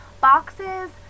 Boxes